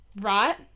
Right